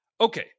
Okay